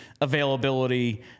availability